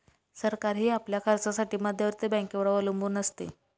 सरकारही आपल्या खर्चासाठी मध्यवर्ती बँकेवर अवलंबून असते